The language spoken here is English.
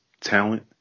talent